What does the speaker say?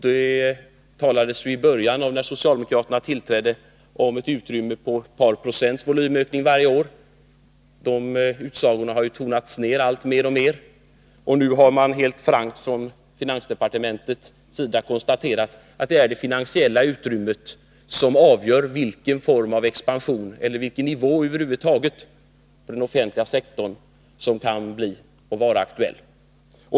Det talades ju i början, när socialdemokraterna tillträdde, om ett utrymme på ett par procents volymökning varje år, men de utsagorna har tonats ner alltmer, och nu har man helt frankt från finansdepartementets sida konstaterat att det är det finansiella utrymmet som avgör vilken form av expansion eller vilken nivå över huvud taget på den offentliga sektorn som kan vara aktuell.